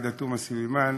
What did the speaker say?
עאידה תומא סלימאן,